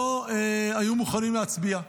לא היו מוכנים להצביע,